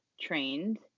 trained